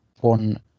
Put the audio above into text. one